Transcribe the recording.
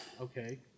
Okay